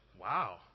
Wow